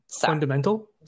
Fundamental